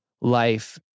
life